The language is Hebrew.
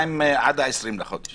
יקרה עד ה-20 בחודש?